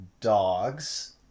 dogs